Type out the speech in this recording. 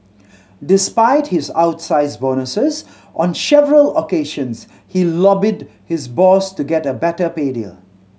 despite his outsize bonuses on several occasions he lobbied his boss to get a better pay deal